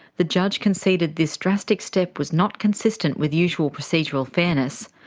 the judge conceded this drastic step was not consistent with usual procedural fairness.